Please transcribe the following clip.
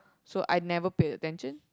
so I never paid attention